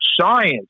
science